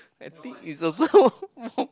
I think is also more